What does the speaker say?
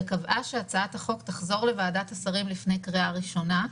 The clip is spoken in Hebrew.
וקבעה שהצעת החוק תחזור לוועדת השרים לפני קריאה ראשונה,